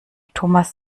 thomas